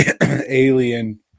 alien